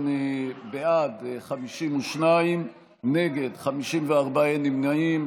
אם כן, בעד, 52, נגד, 54, אין נמנעים.